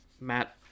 Matt